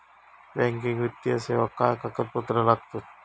Banking वित्तीय सेवाक काय कागदपत्र लागतत?